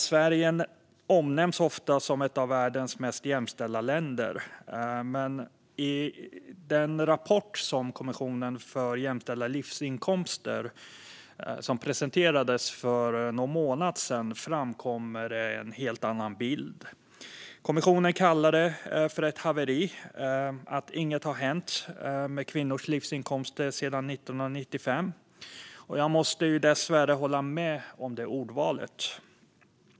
Sverige omnämns ofta som ett av världens mest jämställda länder, men i den rapport som presenterades av Kommissionen för jämställda livsinkomster framkommer en helt annan bild. Kommissionen kallar det ett "haveri" att inget har hänt med kvinnors livsinkomster sedan 1995. Jag måste dessvärre hålla med om det ordvalet.